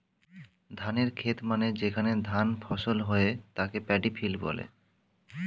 ধানের খেত মানে যেখানে ধান ফসল হয়ে তাকে প্যাডি ফিল্ড বলে